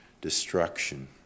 destruction